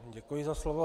Děkuji za slovo.